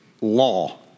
law